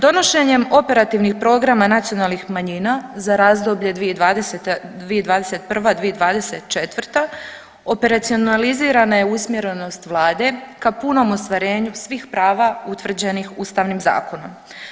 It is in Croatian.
Donošenjem operativnih programa nacionalnih manjina za razdoblje 2020., 2021.-2024. operacionalizirana je usmjerenost vlade ka punom ostvarenju svih prava utvrđenih ustavnim zakonom.